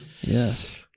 Yes